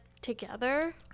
together